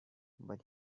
but